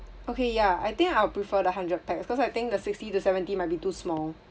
okay ya I think I will prefer the hundred pax cause I think the sixty to seventy might be too small